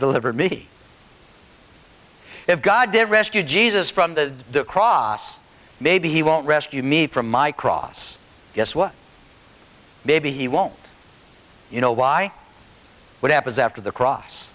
deliver me if god did rescue jesus from the cross maybe he won't rescue me from my cross yes what maybe he won't you know why what happens after the cross